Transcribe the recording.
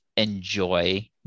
enjoy